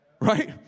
right